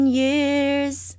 years 。